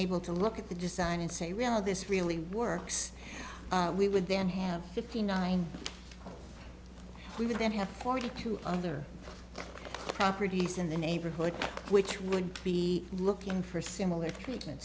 able to look at the design and say real this really works we would then have fifty nine we would then have forty two other properties in the neighborhood which would be looking for similar treatment